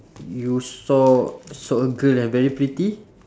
you saw saw a girl like very pretty